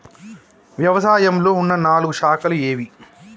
వ్యవసాయంలో ఉన్న నాలుగు శాఖలు ఏవి?